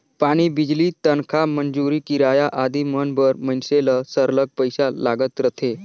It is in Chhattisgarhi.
पानी, बिजली, तनखा, मंजूरी, किराया आदि मन बर मइनसे ल सरलग पइसा लागत रहथे